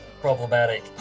problematic